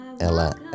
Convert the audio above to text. Ella &